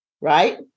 right